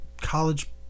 college